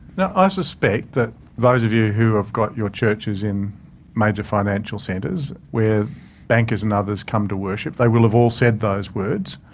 now, i ah suspect that those of you who have got your churches in major financial centres where bankers and others come to worship, they will have all said those words.